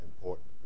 important